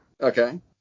okay